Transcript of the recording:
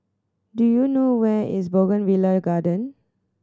do you know where is Bougainvillea Garden